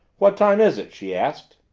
what time is it? she asked.